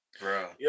bro